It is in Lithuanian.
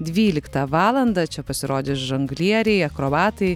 dvyliktą valandą čia pasirodys žonglieriai akrobatai